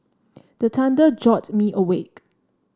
the thunder jolt me awake